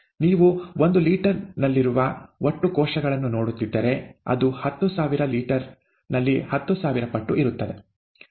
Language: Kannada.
ನೀವು ಒಂದು ಲೀಟರ್ ನಲ್ಲಿರುವ ಒಟ್ಟು ಕೋಶಗಳನ್ನು ನೋಡುತ್ತಿದ್ದರೆ ಅದು ಹತ್ತು ಸಾವಿರ ಲೀಟರ್ ನಲ್ಲಿ ಹತ್ತು ಸಾವಿರ ಪಟ್ಟು ಇರುತ್ತದೆ